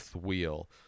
wheel